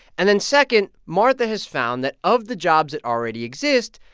and then second, martha has found that of the jobs that already exist,